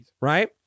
right